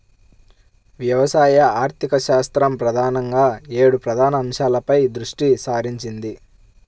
వ్యవసాయ ఆర్థికశాస్త్రం ప్రధానంగా ఏడు ప్రధాన అంశాలపై దృష్టి సారించింది